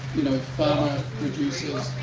you know, farmer producers.